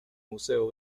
museo